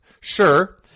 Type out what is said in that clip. Sure